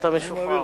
אתה משוחרר.